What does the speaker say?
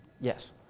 Yes